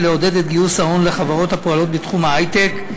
לעודד את גיוס ההון לחברות הפועלות בתחום ההיי-טק,